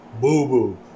Boo-boo